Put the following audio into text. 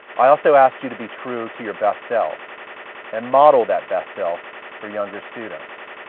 i also asked you to be true to your best self and model that best self for younger students.